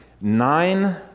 nine